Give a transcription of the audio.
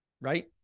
Right